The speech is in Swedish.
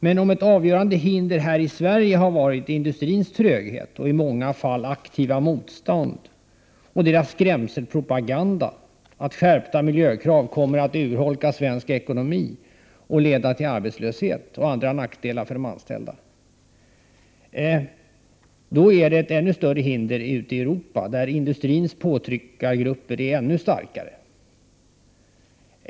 Men om ett avgörande hinder i Sverige har varit industrins tröghet och i många fall aktiva motstånd och dess skrämselpropaganda om att skärpta miljökrav kommer att urholka svensk ekonomi och leda till ökad arbetslöshet och andra nackdelar för de anställda, så är det ett ännu större hinder ute i Europa, där industrins påtryckargrupper är ännu starkare.